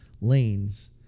lanes